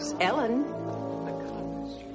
Ellen